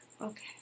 Okay